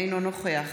אינו נוכח